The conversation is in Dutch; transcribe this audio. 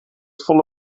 volle